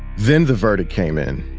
then the verdict came in.